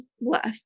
left